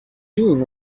doing